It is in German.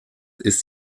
ist